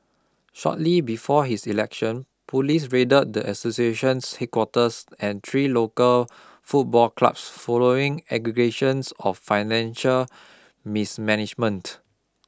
shortly before his election police raided the association's headquarters and three local football clubs following allegations of financial mismanagement